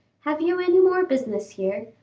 have you any more business here?